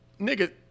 Nigga